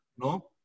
no